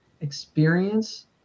experience